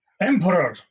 Emperor